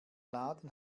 laden